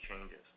changes